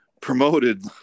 promoted